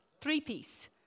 three-piece